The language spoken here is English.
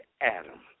Adam